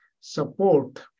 support